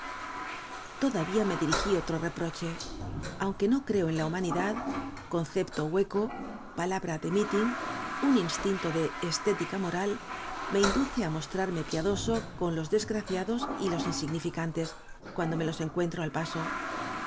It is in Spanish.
todavía me dirigí otro reproche aunque no creo en la humanidad concepto hueco palabra de meeting un instinto de estética moral me induce á mostrarme piadoso con los desgraciados y los insignificantes cuando me los encuentro al paso